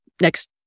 next